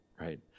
right